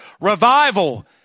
Revival